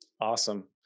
Awesome